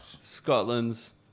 Scotland's